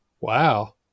wow